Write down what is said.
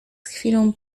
chwilą